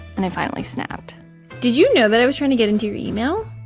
and i finally snapped did you know that i was trying to get into your email?